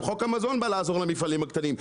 גם חוק המזון בא לעזור למפעלים הקטנים,